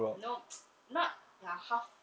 no not ya half